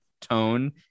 tone